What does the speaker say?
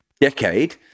decade